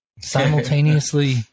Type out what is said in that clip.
simultaneously